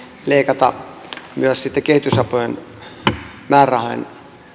leikata myös sitten kehitysavun määrärahojen